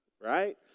right